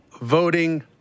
voting